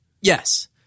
Yes